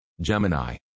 Gemini